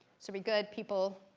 so we good people?